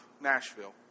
Nashville